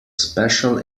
special